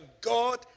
God